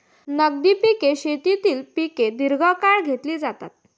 नगदी पिके शेतीतील पिके दीर्घकाळ घेतली जातात